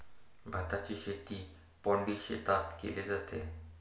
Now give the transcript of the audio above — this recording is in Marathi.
भाताची शेती पैडी शेतात केले जाते